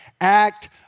act